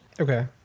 Okay